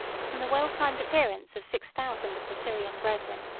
from the well-timed appearance of six thousand of the syrian brethren,